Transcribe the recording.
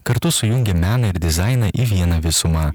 kartu sujungia meną ir dizainą į vieną visumą